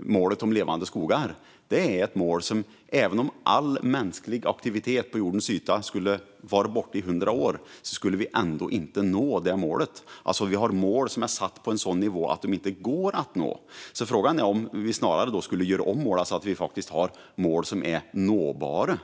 målet om levande skogar är ett mål som vi även om all mänsklig aktivitet på jordens yta skulle vara borta i hundra år inte skulle nå. Vi har alltså mål som är satta på en sådan nivå att de inte går att nå. Frågan är då om vi snarare skulle göra om målen så att vi har mål som faktiskt är nåbara.